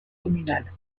communal